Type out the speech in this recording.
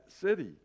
city